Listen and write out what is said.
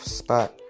spot